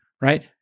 right